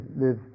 live